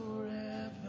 forever